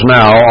now